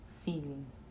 feeling